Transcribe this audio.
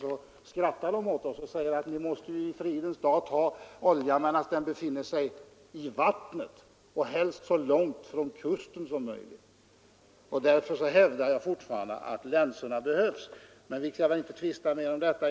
Då skrattar de åt oss och säger att man ju i fridens dar måste ta oljan medan den befinner sig i vattnet och helst så långt från kusten som möjligt. Därför hävdar jag fortfarande att länsorna behövs. Men vi skall väl inte tvista mer om detta.